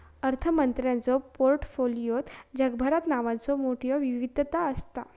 अर्थमंत्र्यांच्यो पोर्टफोलिओत जगभरात नावांचो मोठयो विविधता असता